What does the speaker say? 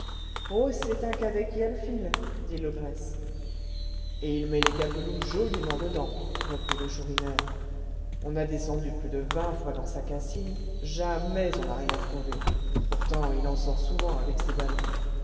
oh c'est un cadet qui a le fil dit l'ogresse eh il met les gabelous joliment dedans reprit le chourineur on a descendu plus de vingt fois dans sa cassine jamais on n'a rien trouvé pourtant il en sort souvent avec ses ballots